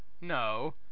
No